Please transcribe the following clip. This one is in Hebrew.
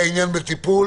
דדי, העניין בטיפול.